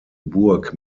burg